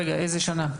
באיזו שנה?